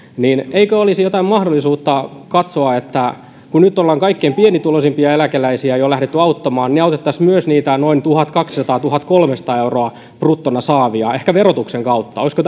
eikö olisi jotain mahdollisuutta katsoa että kun nyt ollaan kaikkein pienituloisimpia eläkeläisiä jo lähdetty auttamaan niin autettaisiin myös niitä noin tuhatkaksisataa viiva tuhatkolmesataa euroa bruttona saavia ehkä verotuksen kautta olisiko